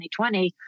2020